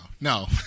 No